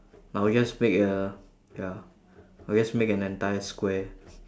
I will just make a ya I'll just make an entire square